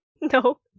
No